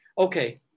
Okay